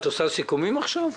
את עושה סיכומים עכשיו?